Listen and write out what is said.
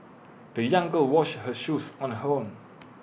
the young girl washed her shoes on her own